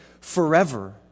forever